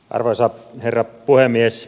arvoisa herra puhemies